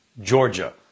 Georgia